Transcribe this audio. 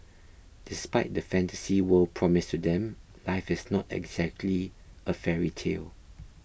despite the fantasy world promised to them life is not exactly a fairy tale